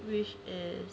wish is